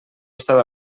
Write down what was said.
estava